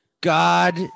God